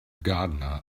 gardener